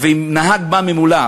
אם נהג בא מולה,